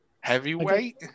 Heavyweight